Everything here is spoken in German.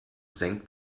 senkt